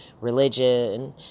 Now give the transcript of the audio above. religion